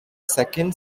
second